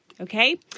Okay